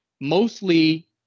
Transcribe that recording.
mostly